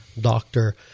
doctor